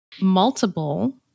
multiple